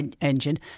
engine